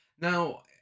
now